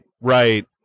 right